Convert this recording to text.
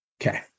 Okay